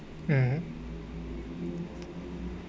mm